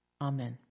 Amen